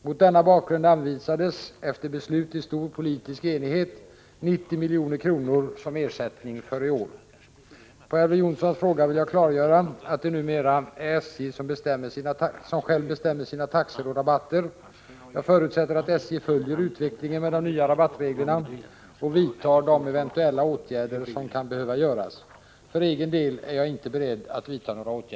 Mot denna bakgrund anvisades, efter beslut i stor politisk enighet, 90 milj.kr. som ersättning för i år. På Elver Jonssons fråga vill jag klargöra att det numera är SJ självt som